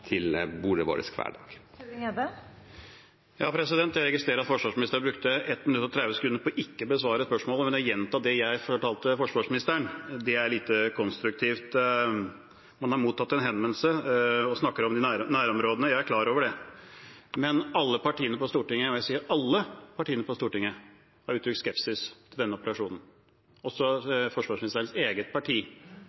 bordet vårt hver dag. Jeg registrerer at forsvarsministeren brukte 1 minutt og 30 sekunder på ikke å besvare spørsmålet, men på å gjenta det jeg fortalte forsvarsministeren. Det er lite konstruktivt. Man har mottatt en henvendelse, og man snakker om nærområdene. Jeg er klar over det, men alle partiene på Stortinget – og jeg sier alle partiene på Stortinget – har uttrykt skepsis til denne operasjonen, også